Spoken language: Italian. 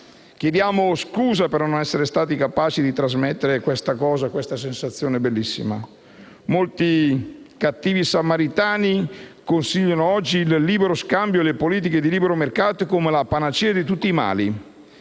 Chiediamo scusa per non essere stati capaci di trasmettere questa sensazione bellissima. Molto cattivi samaritani considerano oggi il libero scambio e le politiche di libero mercato come la panacea di tutti i mali.